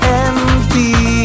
empty